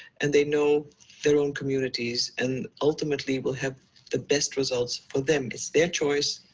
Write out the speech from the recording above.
and they know their own communities, and ultimately will have the best results for them it's their choice,